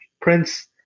Prince